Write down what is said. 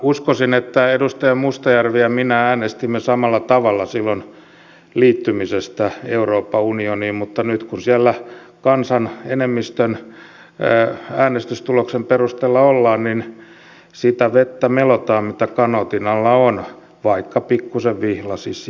uskoisin että edustaja mustajärvi ja minä äänestimme samalla tavalla silloin liittymisestä euroopan unioniin mutta nyt kun siellä kansan enemmistön äänestystuloksen perusteella ollaan niin sitä vettä melotaan mitä kanootin alla on vaikka pikkuisen vihlaisisikin